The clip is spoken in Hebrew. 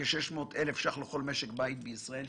כ-600 אלף שקל לכל משק בית בישראל,